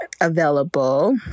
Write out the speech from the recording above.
available